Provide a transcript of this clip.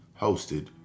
hosted